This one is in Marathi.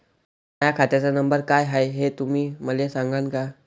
माह्या खात्याचा नंबर काय हाय हे तुम्ही मले सागांन का?